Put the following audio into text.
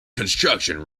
construction